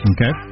Okay